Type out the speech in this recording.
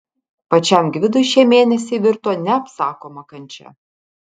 pačiam gvidui šie mėnesiai virto neapsakoma kančia